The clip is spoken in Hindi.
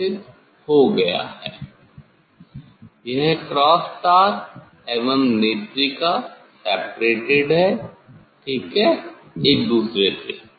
यह क्रॉस तार एवं नेत्रिका सेपेरेटेड हैं ठीक है एक दूसरे से